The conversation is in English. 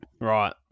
Right